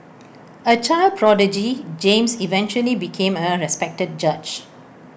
A child prodigy James eventually became A respected judge